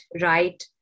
right